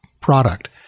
product